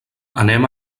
anem